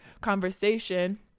conversation